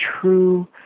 true